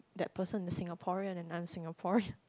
that person is Singaporean and I'm Singaporean